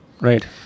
Right